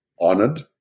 honored